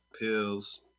pills